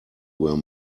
were